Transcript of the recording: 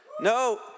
No